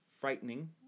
frightening